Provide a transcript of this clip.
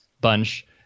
bunch